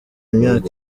imyaka